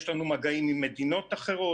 יש לנו מגעים עם מדינות אחרות,